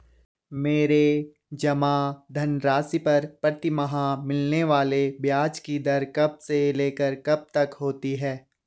मेरे जमा धन राशि पर प्रतिमाह मिलने वाले ब्याज की दर कब से लेकर कब तक होती है?